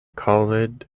khalid